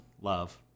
love